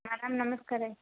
madam ନମସ୍କାର